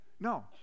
No